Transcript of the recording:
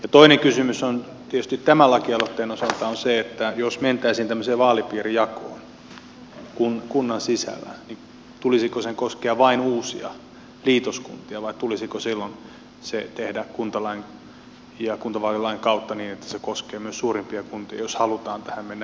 toinen kysymys on tietysti tämän lakialoitteen osalta se että jos mentäisiin tämmöiseen vaalipiirijakoon kunnan sisällä niin tulisiko sen koskea vain uusia liitoskuntia vai tulisiko se silloin tehdä kuntalain ja kuntavaalilain kautta niin että se koskee myös suurimpia kuntia jos halutaan tähän mennä